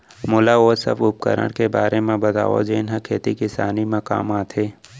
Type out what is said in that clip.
मोला ओ सब उपकरण के बारे म बतावव जेन ह खेती किसानी म काम आथे?